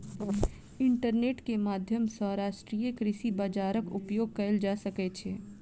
internet के माध्यम सॅ राष्ट्रीय कृषि बजारक उपयोग कएल जा सकै छै